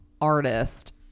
artist